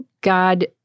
god